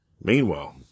Meanwhile